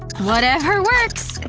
whatever works!